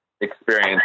experience